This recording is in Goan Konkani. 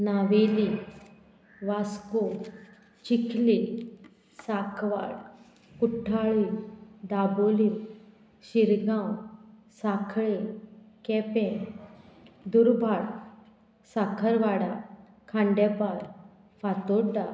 नावेली वास्को चिखली साकवाड कुठ्ठाळी शिरगांव साखळे केपें दुर्भाट साखरवाडा खांडेपार फातोड्डा